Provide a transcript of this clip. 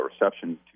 reception